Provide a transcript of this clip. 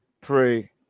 pray